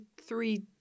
three